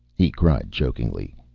he cried chokingly,